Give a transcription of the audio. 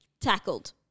tackled